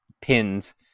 pins